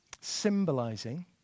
symbolizing